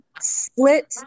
split